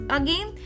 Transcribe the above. again